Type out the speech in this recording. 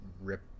rip